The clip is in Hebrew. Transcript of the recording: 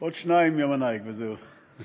עוד שניים, יא מניאק, וזהו.